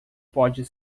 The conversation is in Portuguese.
podem